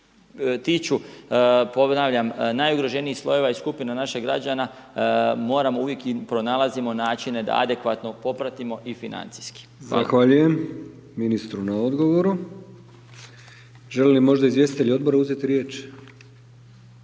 tiču, ponavljam najugroženijih slojeva i skupina naših građana, moramo uvijek i pronalazimo načine, da adekvatno popratimo i financijski. **Brkić, Milijan (HDZ)** Zahvaljujem ministru na odgovoru. Želi li možda izvjestitelj odbora uzeti riječ?